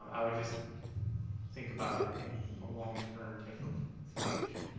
um i would just think about it in a long-term type of situation.